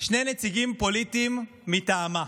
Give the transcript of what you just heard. שני נציגים פוליטיים מטעמה,